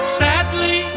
sadly